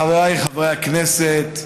חבריי חברי הכנסת,